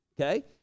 okay